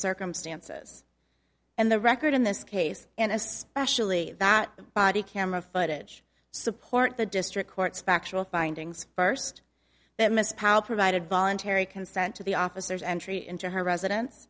circumstances and the record in this case and especially that body camera footage support the district court's factual findings first that miss powell provided voluntary consent to the officers entry into her residence